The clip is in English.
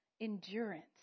endurance